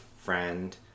friend